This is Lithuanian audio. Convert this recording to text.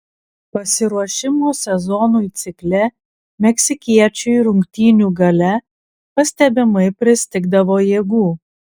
pasiruošimo sezonui cikle meksikiečiui rungtynių gale pastebimai pristigdavo jėgų